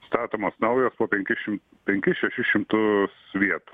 statomos naujos po penkis šim penkis šešis šimtus vietų